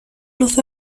los